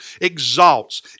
exalts